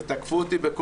ותקפו אותי,